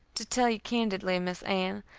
to tell you candidly, miss ann